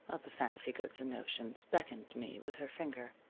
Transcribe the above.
of the fancy goods and notions, beckoned me with her finger.